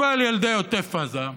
אבל ילדי עוטף עזה,